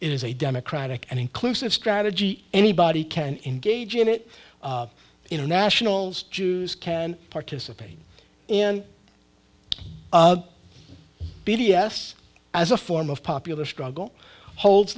is a democratic and inclusive strategy anybody can engage in it internationals jews can participate in b d s as a form of popular struggle holds